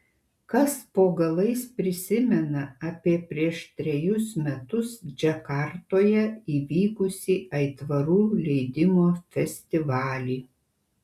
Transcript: kas po galais prisimena apie prieš trejus metus džakartoje įvykusį aitvarų leidimo festivalį